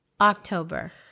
October